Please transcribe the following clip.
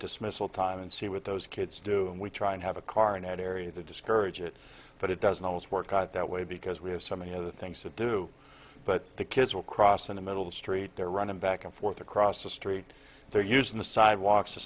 dismissal time and see what those kids do and we try and have a car an area to discourage it but it doesn't always work out that way because we have so many other things to do but the kids will cross in the middle of the street they're running back and forth across the street they're using the sidewalks the